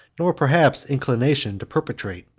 nor perhaps inclination, to perpetrate.